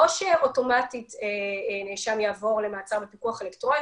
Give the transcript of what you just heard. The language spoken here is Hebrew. שאוטומטית נאשם יעבור למעצר בפיקוח אלקטרוני.